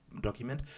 document